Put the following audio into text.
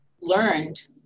learned